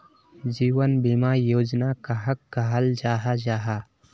जीवन बीमा योजना कहाक कहाल जाहा जाहा?